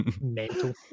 Mental